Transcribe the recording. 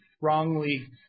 wrongly